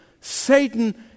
Satan